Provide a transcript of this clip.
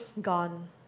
gone